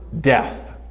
death